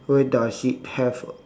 where does it have